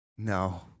No